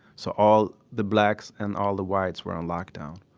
so all the blacks and all the whites were on lockdown,